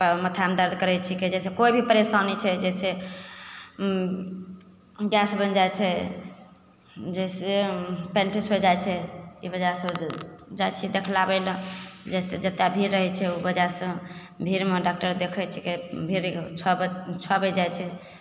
माथामे दरद करै छिकै जइसे कोइ भी परेशानी छै जइसे गैस बनि जाइ छै जइसे पेन्टिस होइ जाइ छै ई वजहसे जाइ छिए देखलाबैले जतऽ भीड़ रहै छै ओ वजहसे भीड़मे डॉकटर देखै छिकै भीड़ छओ छओ बाजि जाइ छै